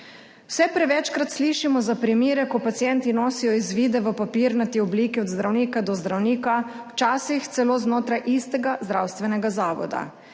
Vse prevečkrat slišimo za primere, ko pacienti nosijo izvide v papirnati obliki od zdravnika do zdravnika, včasih celo znotraj istega zdravstvenega zavoda.